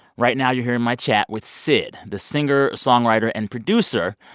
right now, you're hearing my chat with syd, the singer-songwriter and producer,